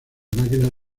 máquinas